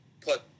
put